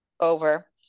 over